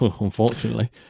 unfortunately